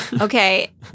Okay